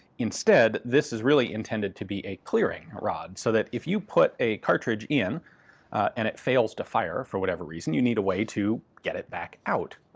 instead this is really intended to be a clearing rod, so that if you put a cartridge in and it fails to fire for whatever reason, you need a way to get it back out.